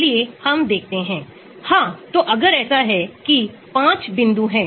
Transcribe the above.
X कम हो सकते हैं CHO COR CN NR ये इलेक्ट्रॉन वापस लेने वाले समूह हैं